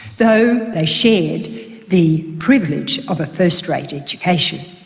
though they shared the privilege of a first-rate education.